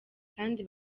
kandi